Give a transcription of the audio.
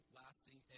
lasting